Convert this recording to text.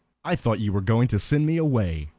i thought you were going to send me away.